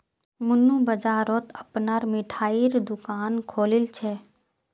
मन्नू बाजारत अपनार मिठाईर दुकान खोलील छ